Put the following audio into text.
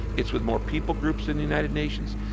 it's with more people groups than the united nations.